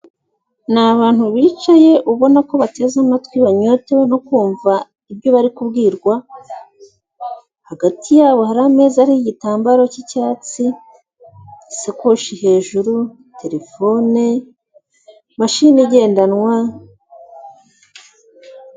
Ni abantu bicaye ubona ko bateze amatwi banyotewe no kumva ibyo bari kubwirwa, hagati yabo hari ameza ariho igitambaro cyicyatsi, isakoshi hejuru, terefone, mashini igendanwa.